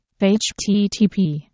HTTP